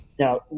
Now